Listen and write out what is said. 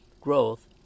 growth